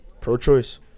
Pro-choice